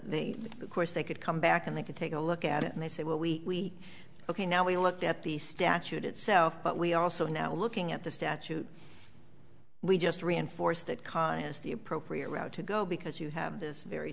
of course they could come back and they can take a look at it and they say well we are looking now we looked at the statute itself but we also now looking at the statute we just reinforce that con is the appropriate route to go because you have this very